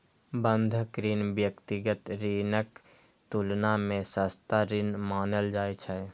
बंधक ऋण व्यक्तिगत ऋणक तुलना मे सस्ता ऋण मानल जाइ छै